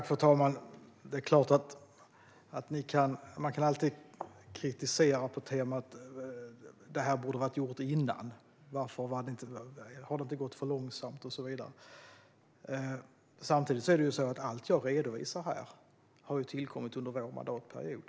Fru talman! Det är klart att man alltid kan kritisera på temat att något borde ha gjorts tidigare, att det har gått för långsamt och så vidare. Samtidigt har ju allt jag redovisar här tillkommit under vår mandatperiod.